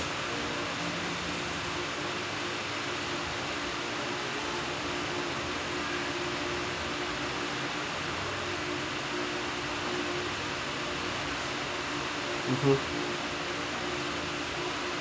mmhmm